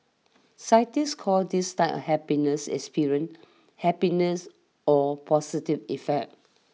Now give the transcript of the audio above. scientists call his type happiness experienced happiness or positive effect